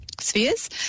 spheres